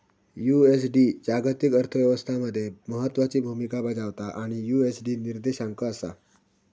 USD जागतिक अर्थ व्यवस्था मध्ये महत्त्वाची भूमिका बजावता आणि यु.एस.डी निर्देशांक असा